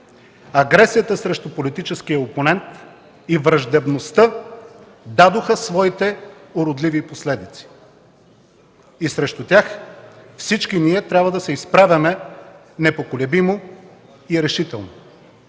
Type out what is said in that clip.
агресията срещу политическия опонент и враждебността дадоха своите уродливи последици. И срещу тях всички ние трябва да се изправяме непоколебимо и решително.